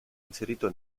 inserito